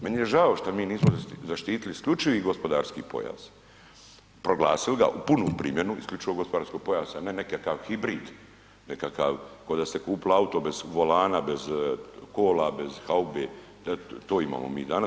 Meni je žao šta mi nismo zaštitili isključivi gospodarski pojas, proglasili ga u punu primjenu isključivog gospodarskog pojasa, ne nekakav hibrid, nekakav ko da ste kupili auto bez volana, bez kola, bez haube, eto to imamo mi danas.